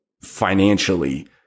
financially